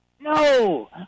No